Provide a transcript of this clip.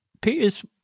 Peter's